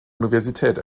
universität